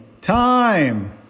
time